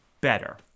better